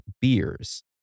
beers